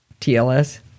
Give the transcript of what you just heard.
TLS